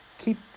keep